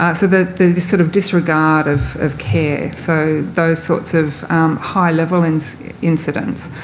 ah so the sort of disregard of of care. so those sorts of high-level and incidents.